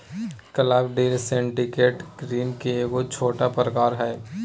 club deal syndicate ऋण के एगो छोटा प्रकार हय